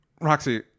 Roxy